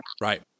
Right